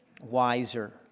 wiser